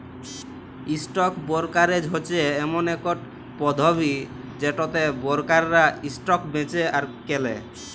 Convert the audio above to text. stock brokerage হচ্যে ইমন একট পধতি যেটতে বোরকাররা ইসটক বেঁচে আর কেলে